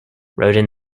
rodin